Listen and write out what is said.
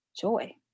joy